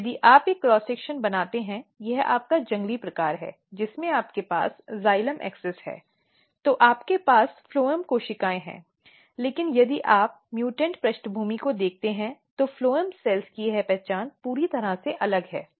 और यदि आप एक क्रॉस सेक्शन बनाते हैं यह आपका जंगली प्रकार है जिसमें आपके पास जाइलम अक्ष है तो आपके पास फ्लोएम कोशिकाएं हैं लेकिन यदि आप म्युटेंट पृष्ठभूमि को देखते हैं तो फ्लोएम कोशिकाओं की यह पहचान पूरी तरह से अलग है